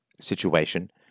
situation